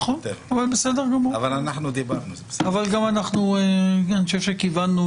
נכון, בסדר גמור, אבל אני חושב שכיוונו